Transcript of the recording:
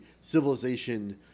civilization